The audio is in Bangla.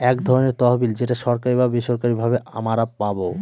এক ধরনের তহবিল যেটা সরকারি বা বেসরকারি ভাবে আমারা পাবো